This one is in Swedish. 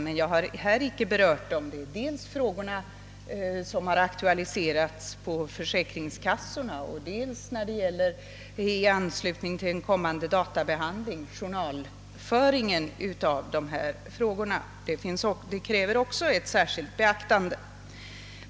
Det gäller dels de frågor som aktualiserats på försäkringskassorna och dels journalföringen av dessa frågor i anslutning till en kommande databehandling. De kräver särskilt beaktande.